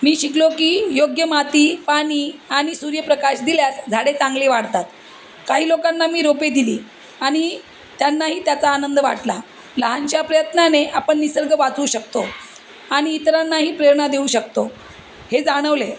मी शिकलो की योग्य माती पाणी आणि सूर्यप्रकाश दिल्यास झाडे चांगली वाढतात काही लोकांना मी रोपे दिली आणि त्यांनाही त्याचा आनंद वाटला लहानशा प्रयत्नाने आपण निसर्ग वाचवू शकतो आणि इतरांनाही प्रेरणा देऊ शकतो हे जाणवले